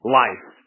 life